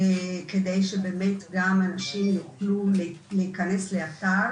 כדי שבאמת גם אנשים יוכלו להיכנס לאתר